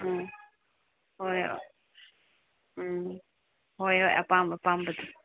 ꯎꯝ ꯍꯣꯏ ꯍꯣꯏ ꯎꯝ ꯍꯣꯏ ꯍꯣꯏ ꯑꯄꯥꯝ ꯑꯄꯥꯝꯕꯗꯣ